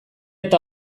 eta